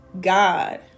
God